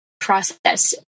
process